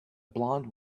blond